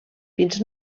fins